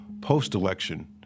post-election